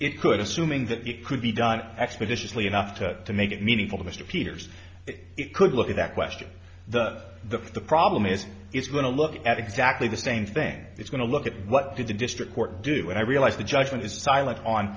it could assuming that it could be done expeditiously enough to to make it meaningful to mr peters it could look at that question the the the problem is it's going to look at exactly the same thing it's going to look at what did the district court do when i realized the judgment is silent on